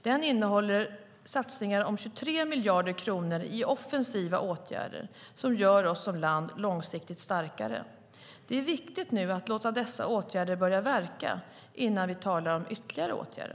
Den innehåller satsningar om 23 miljarder kronor på offensiva åtgärder som gör oss som land långsiktigt starkare. Det är viktigt att låta dessa åtgärder börja verka innan vi talar om ytterligare åtgärder.